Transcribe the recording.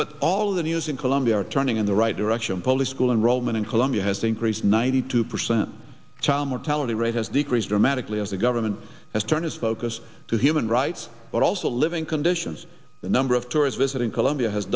but all of the news in colombia are turning in the right direction public school in rome and in colombia has increased ninety two percent child mortality rate has decreased dramatically as the government has turned its focus to human rights but also living conditions the number of tourists visiting colombia has